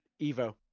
Evo